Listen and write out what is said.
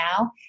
now